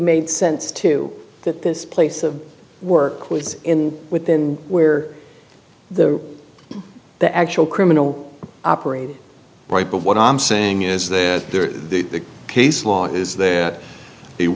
made sense to that this place of work was in within where the the actual criminal operate right but what i'm saying is that there is the case law is that they